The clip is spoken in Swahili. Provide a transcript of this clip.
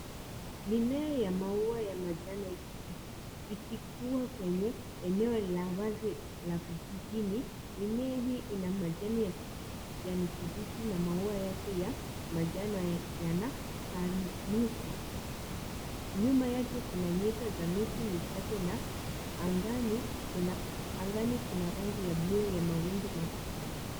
Mimea ya maua ya manjano ikikua kwenye eneo la wazi la vijijini. Mimea hii inamajani ya kijani kibichi na maua yake ya manjano yanapanuka. Nyuma yake kuna nyika za miti michache na angani kuna- angani kuna rangi ya bluu ya mawingu machache.